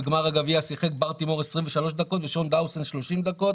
בגמר הגביע שיחק בר טימור 23 דקות ושון דאוסון 30 דקות